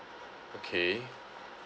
okay